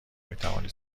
میتوانید